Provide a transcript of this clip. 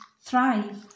thrive